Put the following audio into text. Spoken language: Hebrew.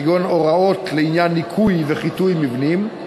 כגון הוראות לעניין ניקוי וחיטוי מבנים,